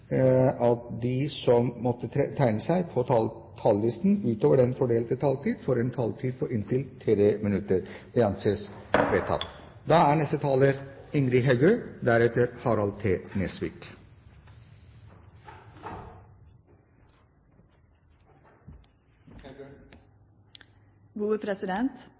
at de talere som måtte tegne seg på talerlisten utover den fordelte taletid, får en taletid på inntil 3 minutter. – Det anses vedtatt. Ein samla komité er